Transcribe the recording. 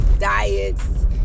diets